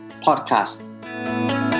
podcast